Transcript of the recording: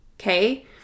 Okay